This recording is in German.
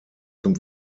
zum